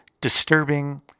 disturbing